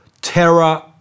terror